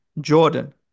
Jordan